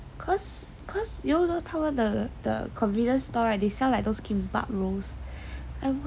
cause cause you know 他们的 the convenience store right they sell like those kimbap rolls